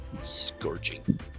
Scorching